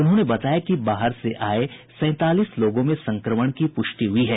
उन्होंने बताया कि बाहर से आये सैंतालीस लोगों में संक्रमण की पुष्टि हुई है